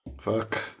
Fuck